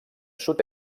sud